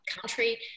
country